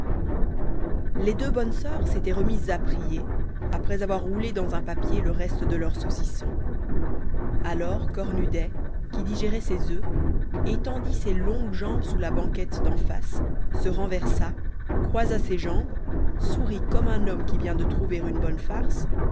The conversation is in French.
les deux bonnes soeurs s'étaient remises à prier après avoir roulé dans un papier le reste de leur saucisson alors cornudet qui digérait ses oeufs étendit ses longues jambes sous la banquette d'en face se renversa croisa ses bras sourit comme un homme qui vient de trouver une bonne farce